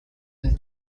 and